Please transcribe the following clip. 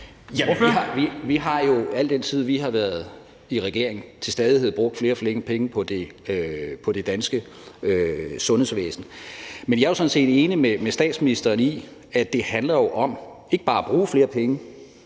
(V): Vi har jo i al den tid, vi har været i regering, til stadighed brugt flere og flere penge på det danske sundhedsvæsen. Men jeg er jo sådan set enig med statsministeren i, at det handler om, ikke bare at bruge flere penge,